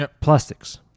plastics